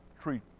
treat